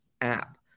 app